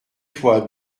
toi